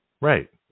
Right